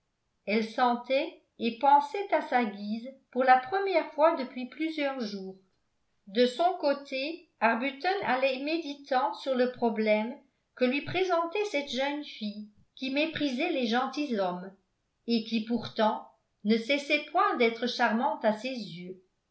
elle sentait et pensait à sa guise pour la première fois depuis plusieurs jours de son côté arbuton allait méditant sur le problème que lui présentait cette jeune fille qui méprisait les gentilshommes et qui pourtant ne cessait point d'être charmante à ses yeux